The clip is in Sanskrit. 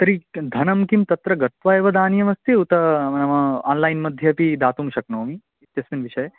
तर्हि धनं किं तत्र गत्वा एव दानीयमस्ति उत नाम ओन्लैन् मध्येपि दातुं शक्नोमि इत्यस्मिन् विषये